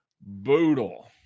Boodle